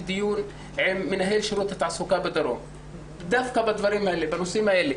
דיון עם מנהל שירות התעסוקה בדרום דווקא בנושאים האלה.